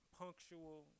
punctual